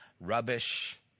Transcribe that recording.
rubbish